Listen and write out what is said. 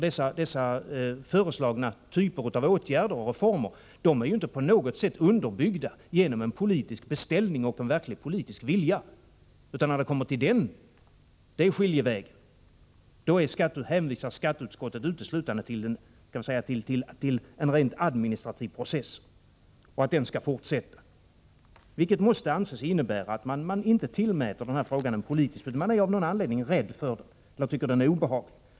De föreslagna typerna av åtgärder och reformer är inte på något sätt underbyggda genom en politisk beställning och en verklig politisk vilja. När det kommer till den skiljevägen hänvisar skatteutskottet uteslutande till en rent administrativ process och säger att denna skall fortsätta. Detta måste anses innebära att man inte tillmäter frågan någon politisk betydelse. Av någon anledning är man rädd för den och tycker den är obehaglig.